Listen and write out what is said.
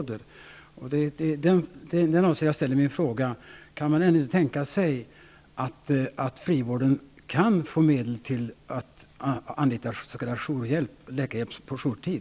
Det är i det avseendet jag ställer min fråga: Kan man ändå inte tänka sig att frivården får medel att anlita läkarhjälp på jourtid?